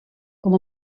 com